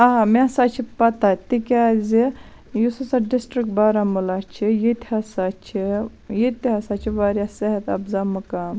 آ مےٚ ہَسا چھِ پَتاہ تکیازِ یُس ہَسا ڈِسٹرک بارہمُلہ چھ ییٚتہِ ہَسا چھِ ییٚتہِ ہَسا چھِ واریاہ صحت اَفضا مقام